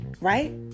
right